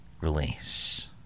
release